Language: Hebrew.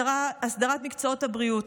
הסדרת מקצועות הבריאות.